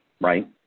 right